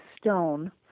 stone